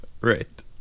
Right